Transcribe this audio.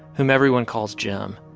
whom everyone calls jim.